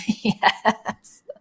Yes